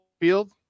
field